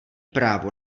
právo